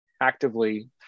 actively